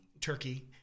Turkey